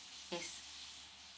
yes